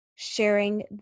sharing